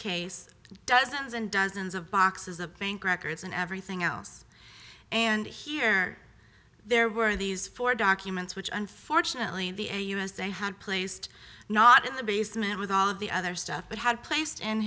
case dozens and dozens of boxes a bank records and everything else and here there were these four documents which unfortunately the a usa had placed not in the basement with all of the other stuff but had placed in